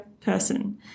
Person